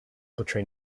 portray